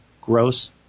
gross